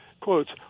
quotes